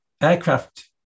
aircraft